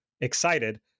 excited